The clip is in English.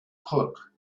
crook